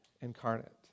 incarnate